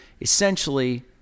Essentially